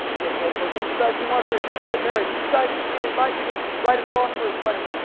jeff sodoba, he decides he wants to get married. he decides he's going to invite me to write a song for his wedding.